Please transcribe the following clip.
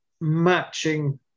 matching